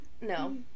No